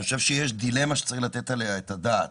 אני חושב שיש דילמה שצריך לתת עליה את הדעת.